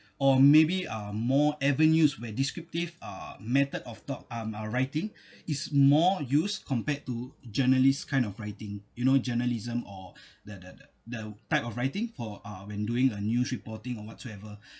or maybe uh more avenues where descriptive uh method of thought um writing is more used compared to journalists kind of writing you know journalism or that that that the type of writing for uh when doing a news reporting or whatsoever